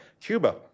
Cuba